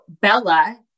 Bella